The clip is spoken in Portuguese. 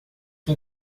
que